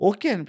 Okay